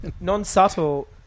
non-subtle